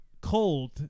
cold